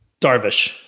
Darvish